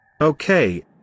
Okay